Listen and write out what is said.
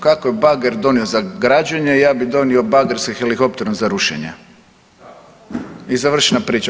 Kako je bager donio za građenje, ja bi donio bager sa helikopterom za rušenje i završena priča.